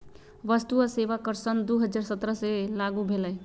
वस्तु आ सेवा कर सन दू हज़ार सत्रह से लागू भेलई